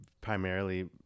primarily